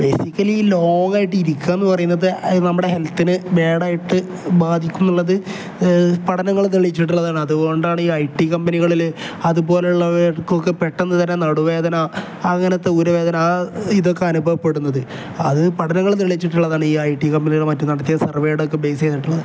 basically ഈ long ആയിട്ട് ഇരിക്കാമെന്ന് പറയുന്നത് നമ്മുടെ ഹെൽത്തിന് ബാഡ് ആയിട്ട് ബാധിക്കുന്നുള്ളത് പഠനങ്ങൾ തെളിയിച്ചിട്ടുള്ളതാണ് അതുകൊണ്ടാണ് ഈ ഐ ടി കമ്പനികളിൽ അതുപോലുള്ളവർക്ക് ഒക്കെ പെട്ടെന്ന് തന്നെ നടുവേദന അങ്ങനത്തെ ഊരവേദന ആ ഇതൊക്കെ അനുഭവപ്പെടുന്നത് അത് പഠനങ്ങൾ തെളിയിച്ചിട്ടുള്ളതാണ് ഈ ഐ ടി കമ്പനികൾ മറ്റു നടത്തിയ സർവേടൊക്കെ ബേസ് ചെയ്തിട്ടുള്ളത്